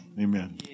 Amen